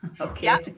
Okay